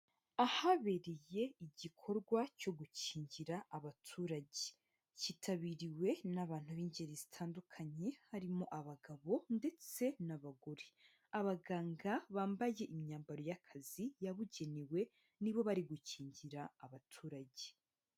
Ahabereye igikorwa cyo gukingira abaturage, cyitabiriwe n'abantu b'ingeri zitandukanye harimo abagabo ndetse n'abagore, abaganga bambaye imyambaro y'akazi yabugenewe nibo bari gukingira abaturage.